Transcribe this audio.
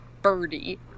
Birdie